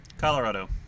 Colorado